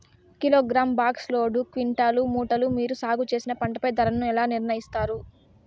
Kilogram, box, load, quintal, మూటలు మీరు సాగు చేసిన పంటపై ధరలను ఎలా నిర్ణయిస్తారు యిస్తారు?